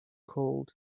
cold